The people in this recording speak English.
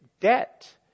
debt